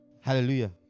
Hallelujah